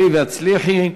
עלי והצליחי.